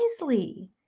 wisely